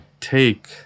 take